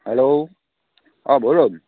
hello অ' ভৈৰব